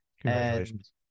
Congratulations